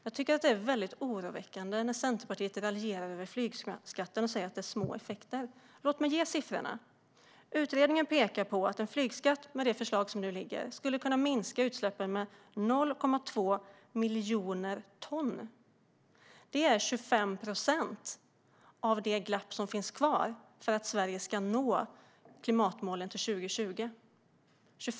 Jag tycker att det är väldigt oroväckande att Centerpartiet raljerar över flygskatten och säger att den ger små effekter. Låt mig ge er siffrorna! Utredningen pekar på att en flygskatt, med det förslag som nu ligger, skulle kunna minska utsläppen med 0,2 miljoner ton. Det är 25 procent av det glapp som finns kvar för att Sverige ska nå klimatmålen till 2020.